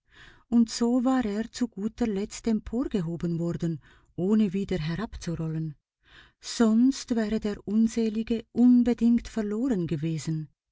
und so war er zuguterletzt emporgehoben worden ohne wieder herabzurollen sonst wäre der unselige unbedingt verloren gewesen